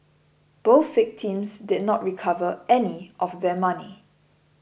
both victims did not recover any of their money